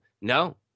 No